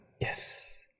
yes